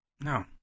no